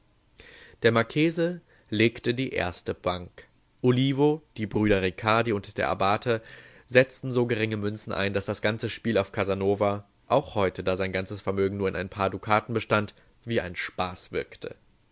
der marchese legte die erste bank olivo die brüder ricardi und der abbate setzten so geringe münzen ein daß das ganze spiel auf casanova auch heute da sein ganzes vermögen nur in ein paar dukaten bestand wie ein spaß wirkte